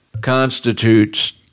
constitutes